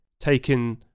taken